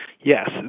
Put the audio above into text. Yes